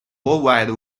worldwide